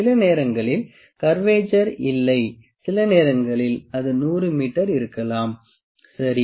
சில நேரங்களில் கர்வெட்சர் இல்லை சில நேரங்களில் அது 100 மீட்டர் இருக்கலாம் சரி